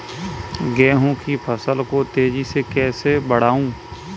गेहूँ की फसल को तेजी से कैसे बढ़ाऊँ?